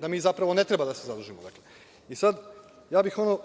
da mi zapravo ne treba da se zadužimo. Sada ono